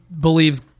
believes